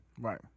Right